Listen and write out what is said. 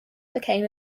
became